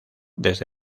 desde